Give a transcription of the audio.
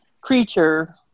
creature